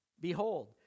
Behold